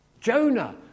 Jonah